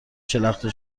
شلخته